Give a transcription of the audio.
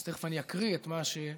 אז תכף אני אקריא את מה שכתב,